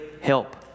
help